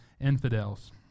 infidels